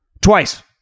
Twice